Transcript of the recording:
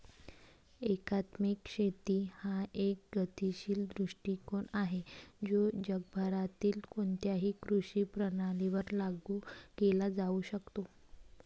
एकात्मिक शेती हा एक गतिशील दृष्टीकोन आहे जो जगभरातील कोणत्याही कृषी प्रणालीवर लागू केला जाऊ शकतो